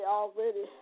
already